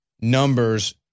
numbers